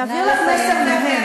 אז בואי, אני אעביר לך מסר מהם.